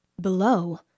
Below